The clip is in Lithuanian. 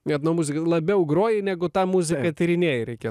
etnomuzikas labiau groji negu tą muziką tyrinėji reikėtų